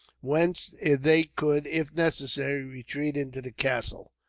whence they could, if necessary, retreat into the castle.